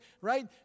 right